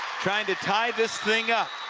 trying to tie this thing up.